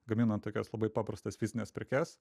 gaminant tokias labai paprastas fizines prekes